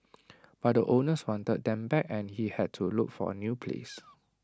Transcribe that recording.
but the owners wanted them back and he had to look for A new place